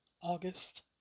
August